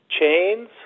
Chains